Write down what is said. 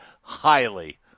highly